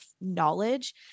knowledge